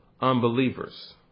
unbelievers